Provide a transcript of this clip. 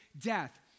death